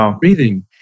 breathing